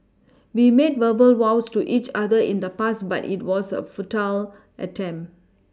we made verbal vows to each other in the past but it was a futile attempt